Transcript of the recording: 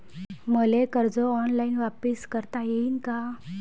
मले कर्ज ऑनलाईन वापिस करता येईन का?